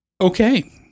Okay